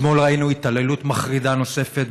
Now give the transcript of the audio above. אתמול ראינו התעללות מחרידה נוספת